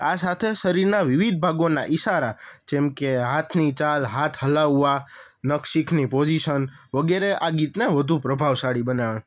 આ સાથે શરીરના વિવિધ ભાગોના ઇશારા જેમકે હાથની ચાલ હાથ હલાવવા નખશીખની પોજિશન વગેરે આ ગીતને વધુ પ્રભાવશાળી બનાવે